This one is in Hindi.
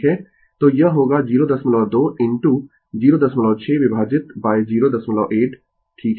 तो यह होगा 02 इनटू 06 विभाजित 08 ठीक है